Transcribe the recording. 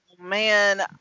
man